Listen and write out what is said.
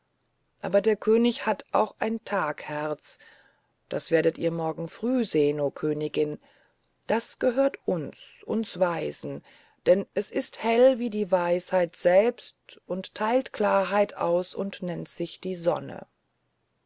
aber der könig hat auch ein tagherz das werdet ihr morgen früh sehen o königin das gehört uns uns weisen denn es ist hell wie die weisheit selbst und teilt klarheit aus und nennt sich die sonne